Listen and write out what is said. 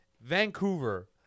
Vancouver